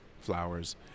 flowers